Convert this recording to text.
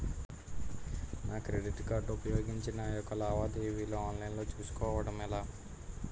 నా credit card ఉపయోగించి నా యెక్క లావాదేవీలను ఆన్లైన్ లో చేసుకోవడం ఎలా?